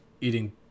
eating